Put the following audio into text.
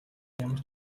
ямар